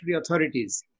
authorities